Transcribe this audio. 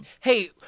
hey